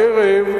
הערב,